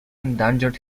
endangered